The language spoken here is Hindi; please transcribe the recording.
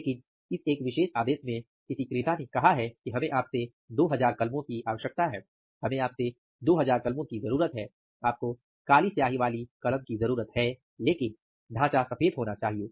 लेकिन इस एक विशेष आदेश में किसी ने कहा है कि हमें आपसे 2000 कलम की जरूरत है हमें आपसे 2000 कलम की जरूरत है आपको काली स्याही वाली कलम की जरूरत है लेकिन ढांचा सफेद होना चाहिए